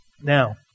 Now